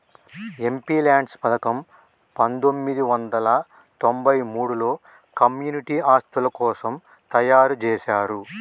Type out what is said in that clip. MPLADS పథకం పందొమ్మిది వందల తొంబై మూడులో కమ్యూనిటీ ఆస్తుల కోసం తయ్యారుజేశారు